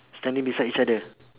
standing beside each other